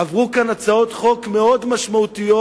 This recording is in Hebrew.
עברו כאן הצעות חוק מאוד משמעותיות,